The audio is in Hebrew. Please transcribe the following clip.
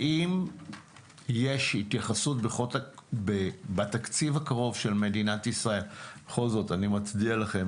האם יש בתקציב הקרוב של מדינת ישראל התייחסות ואני מצדיע לכם,